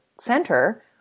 center